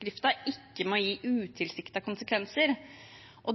ikke må gi utilsiktede konsekvenser.